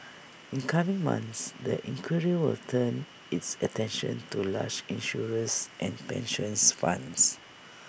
in coming months the inquiry will turn its attention to large insurers and pensions funds